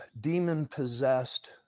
demon-possessed